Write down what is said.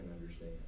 understand